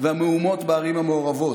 והמהומות בערים המעורבות.